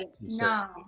no